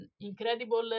incredible